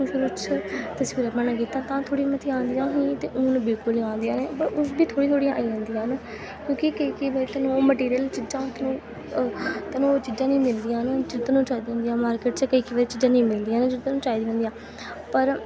शुरू शुरू च तसबीरां बनान लग्गी तां तां थोह्ड़ियां मतियां औंदियां हीं ते हून बिलकुल निं औंदियां न बो हून बी थोह्ड़ियां थोह्ड़ियां आई जंदियां न क्योंकि केईं केईं बारी ते रा मैटीरियल च जां तो तोआनूं ओह् चीजां निं मिलदियां न जेह्ड़ियां तोआनूं चाहिदियां होंदियां मार्केट च केईं केईं चीजां नेईं मिलदियां न जेह्ड़ियां तोआनूं चाहिदियां होंदियां पर